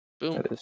boom